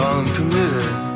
Uncommitted